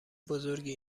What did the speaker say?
بزرگی